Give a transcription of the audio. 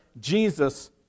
Jesus